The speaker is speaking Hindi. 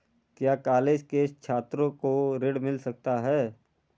क्या कॉलेज के छात्रो को ऋण मिल सकता है?